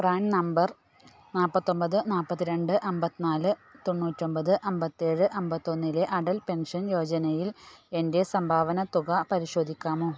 PRAN number നാപ്പത്തൊമ്പത് നാപ്പത്തിരണ്ട് അമ്പത്തിനാല് തൊണ്ണൂറ്റൊമ്പത് അമ്പത്തേഴ് അമ്പത്തൊന്നിലെ അടൽ പെൻഷൻ യോജനയിൽ എൻ്റെ സംഭാവന തുക പരിശോധിക്കാമോ